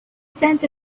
scent